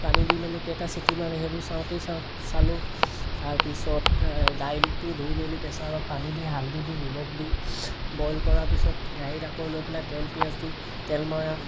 পানী দি মেলি কেইটা চিটি মাৰে সেইবোৰ চাওঁতে চাওঁ চালোঁ তাৰপিছত দাইলটো ধুই মেলি প্ৰেছাৰত পানী দি হালধি দি নিমখ দি বইল কৰাৰ পিছত কেৰাহিত আকৌ লৈ পেলাই তেল পিঁয়াজ দি তেল মৰা